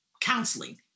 counseling